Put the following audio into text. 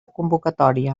convocatòria